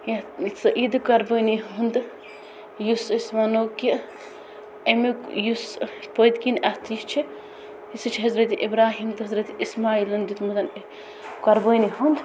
عیٖدِ قۄربٲنی ہُنٛد یُس أسۍ وَنَو کہِ اَمِیُک یُس پٔتۍ کِنۍ اَتھ یہِ چھُ سُہ چھُ حضرت ابراہیٖم تہٕ حضرتِ اسماعیٖلن دیُتمُت قربٲنی ہُنٛد